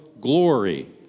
glory